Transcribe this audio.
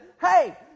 hey